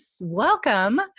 welcome